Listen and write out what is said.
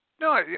No